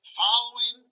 following